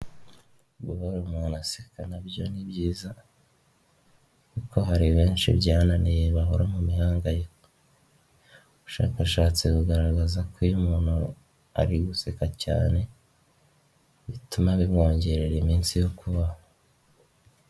gGhora umuntu aseka na byo ni byiza, kuko hari benshi byananiye bahora mu mihangayiko. Ubushakashatsi bugaragaza ko iyo umuntu ari guseka cyane bituma bimwongerera iminsi yo kubaho.